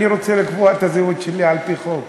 אני רוצה לקבוע את הזהות שלי על-פי חוק,